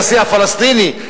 הנשיא הפלסטיני,